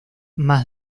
más